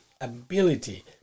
ability